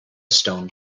stone